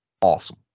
awesome